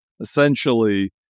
essentially